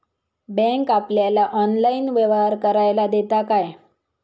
Bank आपल्याला online व्यवहार करायला देता काय?